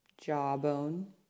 Jawbone